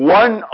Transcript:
one